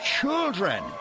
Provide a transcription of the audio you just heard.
children